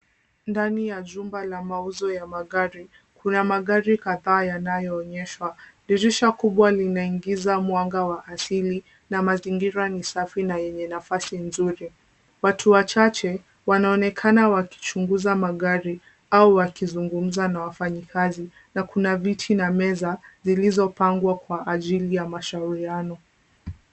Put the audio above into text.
Ndani ya jumba la mauzo ya magari. Kuna magari kadhaa yanayoonyeshwa. Dirisha kubwa linaingiza mwanga wa asili na mazingira ni safi na yenye nafasi nzuri. Watu wachache wanaonekana wakichunguza magari au wakizungumza na wafanyikazi na kuna viti na meza zilizopangwa kwa ajili ya mashauriano.